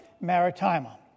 Maritima